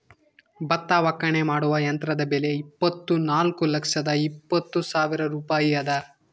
ಭತ್ತ ಒಕ್ಕಣೆ ಮಾಡುವ ಯಂತ್ರದ ಬೆಲೆ ಇಪ್ಪತ್ತುನಾಲ್ಕು ಲಕ್ಷದ ಎಪ್ಪತ್ತು ಸಾವಿರ ರೂಪಾಯಿ ಅದ